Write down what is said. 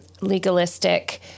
legalistic